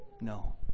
No